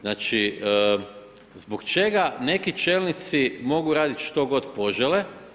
Znači zbog čega neki čelnici mogu raditi što god požele?